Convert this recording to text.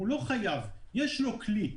אבל יש לו כלי.